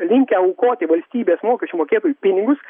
linkę aukoti valstybės mokesčių mokėtojų pinigus